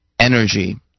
energy